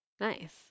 Nice